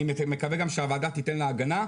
אני מקווה גם שהוועדה תיתן לה הגנה.